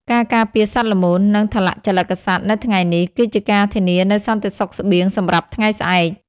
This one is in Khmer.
ការការពារសត្វល្មូន និងថលជលិកសត្វនៅថ្ងៃនេះ គឺជាការធានានូវសន្តិសុខស្បៀងសម្រាប់ថ្ងៃស្អែក។